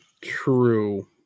True